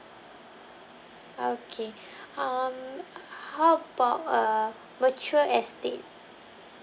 okay um h~ how about uh mature estate